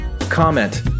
comment